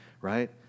Right